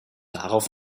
darauf